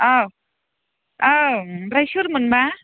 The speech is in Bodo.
औ औ ओमफ्राय सोरमोनबा